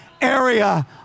area